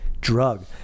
drug